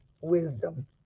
wisdom